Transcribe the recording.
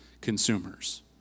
consumers